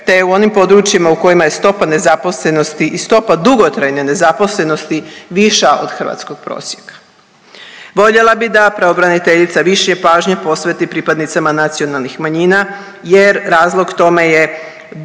je u onim područjima u kojima stopa nezaposlenosti i stopa dugotrajne nezaposlenosti viša od hrvatskog prosjeka. Voljela bi da pravobraniteljica više pažnje posveti pripadnicama nacionalnih manjina jer razlog tome jer